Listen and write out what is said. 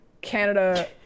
Canada